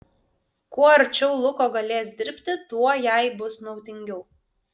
kuo arčiau luko galės dirbti tuo jai bus naudingiau